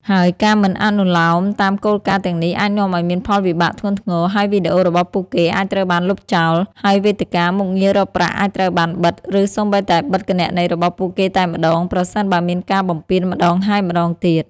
ហើយការមិនអនុលោមតាមគោលការណ៍ទាំងនេះអាចនាំឲ្យមានផលវិបាកធ្ងន់ធ្ងរ ដោយវីដេអូរបស់ពួកគេអាចត្រូវបានលុបចោល ហើយវេទិកា មុខងាររកប្រាក់អាចត្រូវបានបិទ ឬសូម្បីតែបិទគណនីរបស់ពួកគេតែម្តង ប្រសិនបើមានការបំពានម្តងហើយម្តងទៀត។